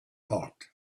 heart